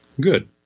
Good